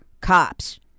cops